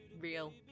real